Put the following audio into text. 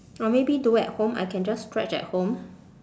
or maybe do at home I can just stretch at home